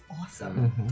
awesome